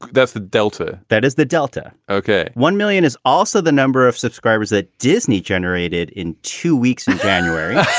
that's the delta. that is the delta. ok one million is also the number of subscribers that disney generated in two weeks in january